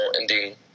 ending